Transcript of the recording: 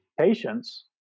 patients